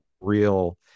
real